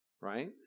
right